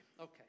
okay